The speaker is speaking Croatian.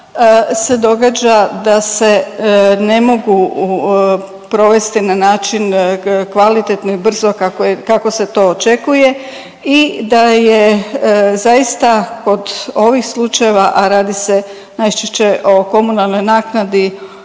se događa da se ne mogu provesti na način kvalitetno i brzo kako je, kako se to očekuje i da je zaista kod ovih slučajeva, a radi se najčešće o komunalnoj naknadi,